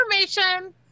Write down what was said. information